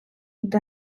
йде